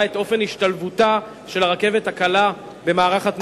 את אופן השתלבותה של הרכבת הקלה במערך התנועה העירוני.